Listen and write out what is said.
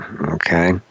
okay